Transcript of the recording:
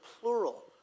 plural